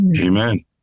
Amen